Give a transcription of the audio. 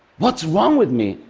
what's wrong with me?